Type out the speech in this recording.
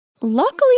Luckily